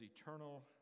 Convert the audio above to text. eternal